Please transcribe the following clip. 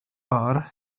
bar